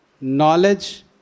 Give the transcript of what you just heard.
knowledge